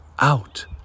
out